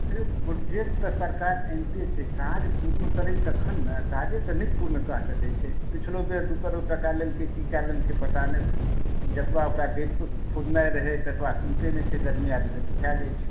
से project तऽ सरकार आनिते छै काज पूर्ण करै तखन ने काजे तऽ नहि पूर्ण कऽ सकैत छै पिछलो बेर दू करोड़ टाका लेलकै की कै लेलकै पता नहि एतबा ओकरा डीपके खोदनाइ रहै ततबा खूनते नहि छै गर्मी आबि जाइत छै सुखा जाइत छै